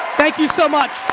thank you so much.